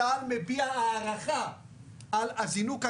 צה"ל מביע הערכה על הזינוק הגדול.